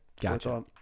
Gotcha